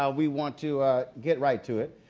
ah we want to get right to it.